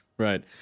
Right